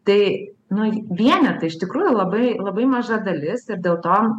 tai nu vienetai iš tikrųjų labai labai maža dalis ir dėl to